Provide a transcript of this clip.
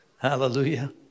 Hallelujah